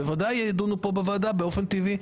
בוודאי יידונו כאן בוועדה באופן טבעי.